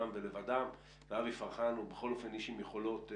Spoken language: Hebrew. אנשים במצבם ובגילם אחרי כל כך הרבה שנים עם הרקע וכו',